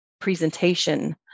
presentation